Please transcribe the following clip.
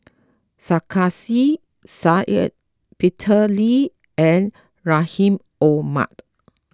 Sarkasi Said Peter Lee and Rahim Omar